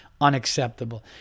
unacceptable